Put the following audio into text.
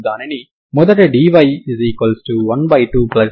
ఇది కూడా తరంగ సమీకరణాన్ని సంతృప్తి పరుస్తుంది సరేనా